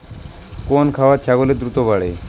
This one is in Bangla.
কোন খাওয়ারে ছাগল দ্রুত বাড়ে?